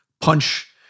punch